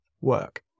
work